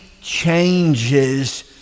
changes